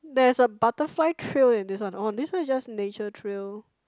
there's a butterfly trail in this one oh this one is just nature trail